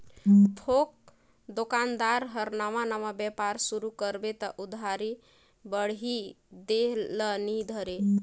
थोक दोकानदार हर नावा नावा बेपार सुरू करबे त उधारी बाड़ही देह ल नी धरे